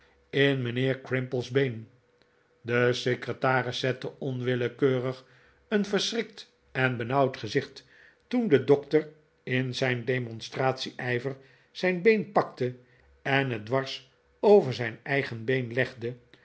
in mijnheer crimple's been de secretaris zette onwillekeurig een verschrikt en benauwd gezicht toen de dokter in zijn demonstratie ijver zijn been pakte en het dwars over zijn eigen been legde